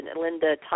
Linda